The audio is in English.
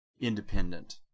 independent